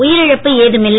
உயிரிழப்பு ஏதுமில்லை